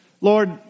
Lord